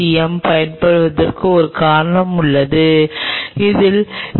M பயன்படுத்துவதற்கு ஒரு காரணம் உள்ளது இதில் ஈ